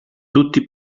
tutti